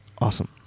Awesome